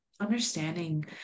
understanding